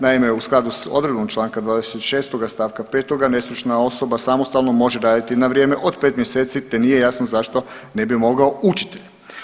Naime, u skladu s odredbom Članka 26. stavka 5. nestručna osoba samostalno može raditi na vrijeme od 5 mjeseci te nije jasno zašto ne bi mogao učitelj.